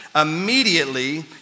Immediately